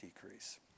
decrease